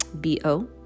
B-O